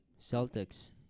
Celtics